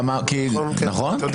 גם העם אשר איתך כי לא תוכל